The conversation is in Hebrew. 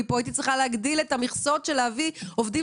אני הייתי צריכה להגדיל מכסות להביא עובדים